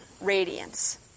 radiance